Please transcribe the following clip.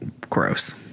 Gross